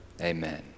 Amen